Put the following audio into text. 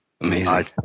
Amazing